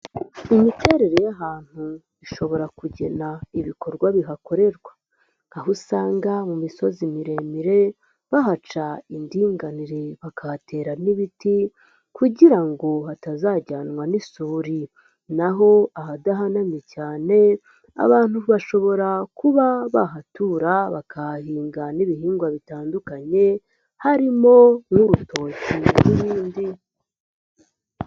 Imiterere y'ahantu ishobora kugena ibikorwa bihakorerwa aho usanga mu misozi miremire bahaca indinganire bakahatera n'ibiti kugira ngo hatazajyanwa n'isuri naho ahadahanamye cyane abantu bashobora kuba bahatura bakahahinga n'ibihingwa bitandukanye harimo nk'urutoki n'ibindi.